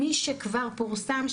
מי שכבר פורסם,